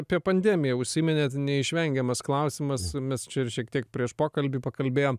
apie pandemiją užsiminėt neišvengiamas klausimas mes čia ir šiek tiek prieš pokalbį pakalbėjom